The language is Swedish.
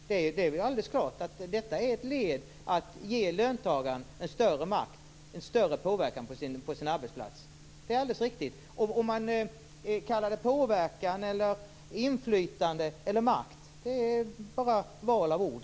Det är alldeles klart att detta är ett led i att ge löntagaren större makt och ett större inflytande på sin arbetsplats. Det är alldeles riktigt. Om man kallar det påverkan, inflytande eller makt är bara en fråga om val av ord.